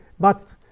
but